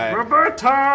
Roberta